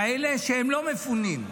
כאלה שלא מפונים,